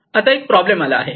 आता एक प्रॉब्लेम आला आहे